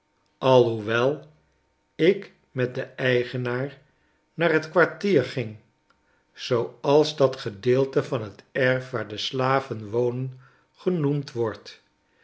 alhoewel ik met den eigenaar naar t kwartier ging zooals dat gedeelte van t erf waar de slaven wonen genoemd wordt